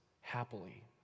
happily